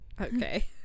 okay